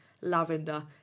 Lavender